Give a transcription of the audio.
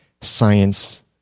science